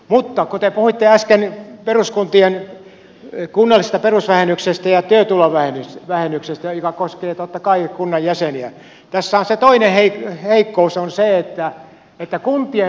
mutta kun te puhuitte äsken peruskuntien kunnallisesta perusvähennyksestä ja työtulovähennyksestä joka koskee totta kai kunnan jäseniä tässä se toinen heikkous on se että kuntien verotulot vähenevät